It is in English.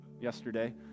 yesterday